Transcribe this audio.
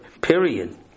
period